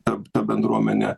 ta ta bendruomenė